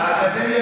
האקדמיה